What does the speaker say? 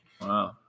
wow